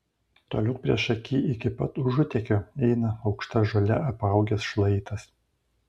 toliau priešaky iki pat užutekio eina aukšta žole apaugęs šlaitas